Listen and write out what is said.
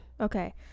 Okay